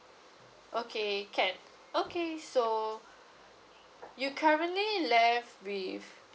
okay can okay so you currently left with